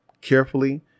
carefully